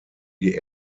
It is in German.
die